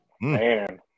Man